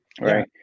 Right